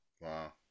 Wow